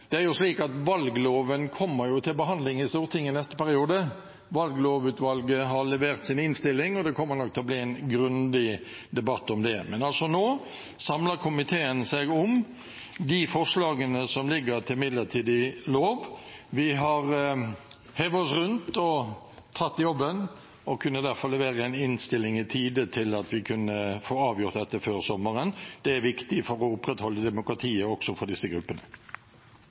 Det er jo slik at valgloven kommer til behandling i Stortinget i neste periode. Valglovutvalget har levert sin innstilling, og det kommer nok til å bli en grundig debatt om det. Men nå samler altså komiteen seg om de forslagene som ligger til midlertidig lov. Vi har hivd oss rundt og tatt jobben og kunne derfor levere en innstilling i tide til at vi kunne få avgjort dette før sommeren. Det er viktig for å opprettholde demokratiet også for disse gruppene.